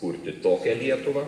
kurti tokią lietuvą